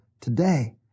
today